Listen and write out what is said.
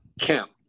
camp